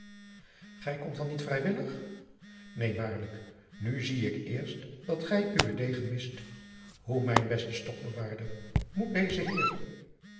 gij komt dan niet vrijwillig neen waarlijk nu zie ik eerst dat gij uwen degen mist hoe mijn beste stokbewaarder moet deze heer